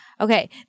Okay